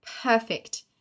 perfect